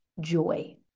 joy